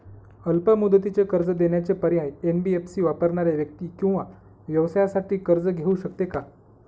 अल्प मुदतीचे कर्ज देण्याचे पर्याय, एन.बी.एफ.सी वापरणाऱ्या व्यक्ती किंवा व्यवसायांसाठी कर्ज घेऊ शकते का?